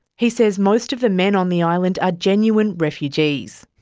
he says most of the men on the island are genuine refugees.